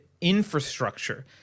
infrastructure